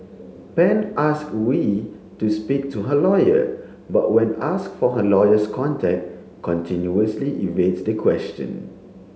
Pan asked Vew to speak to her lawyer but when asked for her lawyer's contact continuously evades the question